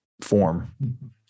form